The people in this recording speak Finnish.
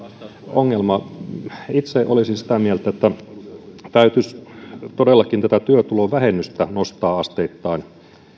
ongelma itse olisin sitä mieltä että täytyisi todellakin tätä työtulovähennystä nostaa asteittain